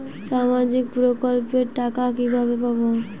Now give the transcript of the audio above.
সামাজিক প্রকল্পের টাকা কিভাবে পাব?